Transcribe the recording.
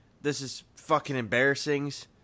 this-is-fucking-embarrassings